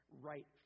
right